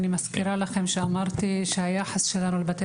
אני מזכירה לכם שאמרתי שהיחס שלנו לבתי